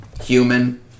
human